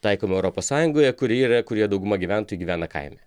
taikomą europos sąjungoje kuri yra kurioje dauguma gyventojų gyvena kaime